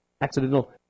Accidental